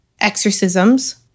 exorcisms